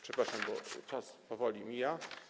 Przepraszam, bo czas powoli mija.